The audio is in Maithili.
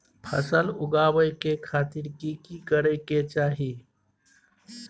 फसल उगाबै के खातिर की की करै के चाही?